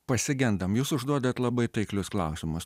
pasigendam jūs užduodat labai taiklius klausimus